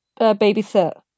babysit